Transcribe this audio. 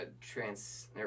trans